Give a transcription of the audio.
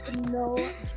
no